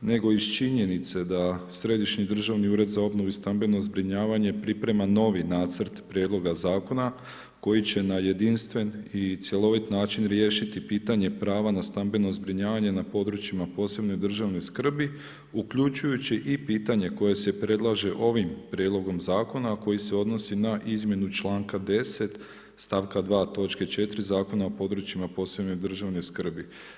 nego iz činjenice sa Središnji državni ured za obnovu i stambeno zbrinjavanje priprema novi nacrt prijedloga zakona koji će na jedinstven i cjelovit način riješiti pitanje prava na stambeno zbrinjavanje na područjima posebne državne skrbi uključujući i pitanje koje se predlaže ovim prijedlogom zakona koji se odnosi na izmjenu članka 10. stavka 2. točke 4. Zakona o područjima posebne državne skrbi.